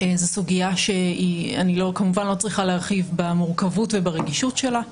זו סוגייה שאני כמובן לא צריכה להרחיב במורכבות וברגישות שלה.